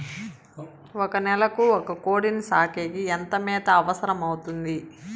ఒక నెలకు ఒక కోడిని సాకేకి ఎంత మేత అవసరమవుతుంది?